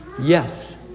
Yes